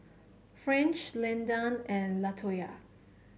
French Landan and Latoya